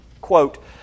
Quote